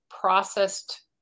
processed